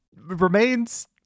remains